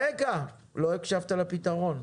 רגע, לא הקשבת לפתרון.